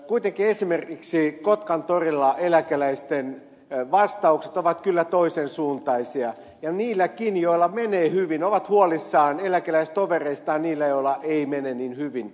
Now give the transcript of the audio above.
kuitenkin esimerkiksi kotkan torilla eläkeläisten vastaukset ovat kyllä toisen suuntaisia ja nekin joilla menee hyvin ovat huolissaan eläkeläistovereistaan niistä joilla ei mene niin hyvin